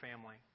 family